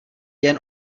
jen